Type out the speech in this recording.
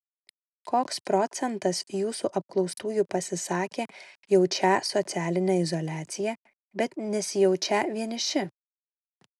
koks procentas jūsų apklaustųjų pasisakė jaučią socialinę izoliaciją bet nesijaučią vieniši